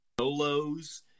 solos